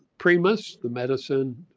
primus the medicine,